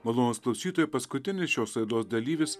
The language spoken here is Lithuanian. malonūs klausytojai paskutinis šios laidos dalyvis